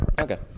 okay